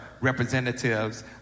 representatives